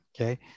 Okay